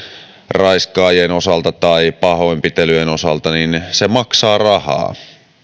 raiskaajien osalta tai pahoinpitelyjen osalta niin se maksaa rahaa